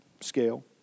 scale